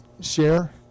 share